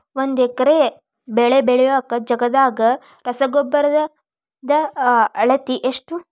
ಒಂದ್ ಎಕರೆ ಬೆಳೆ ಬೆಳಿಯೋ ಜಗದಾಗ ರಸಗೊಬ್ಬರದ ಅಳತಿ ಎಷ್ಟು?